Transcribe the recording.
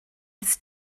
his